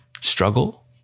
Struggle